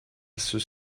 ceux